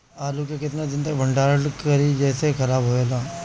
आलू के केतना दिन तक भंडारण करी जेसे खराब होएला?